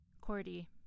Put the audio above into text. Cordy